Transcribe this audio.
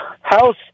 house